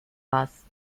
was